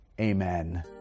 Amen